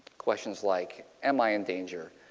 questions like, am i in danger.